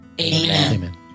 Amen